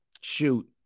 shoot